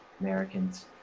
Americans